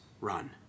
run